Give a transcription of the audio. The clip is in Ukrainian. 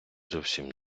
зовсім